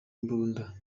imbunda